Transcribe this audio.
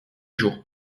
jours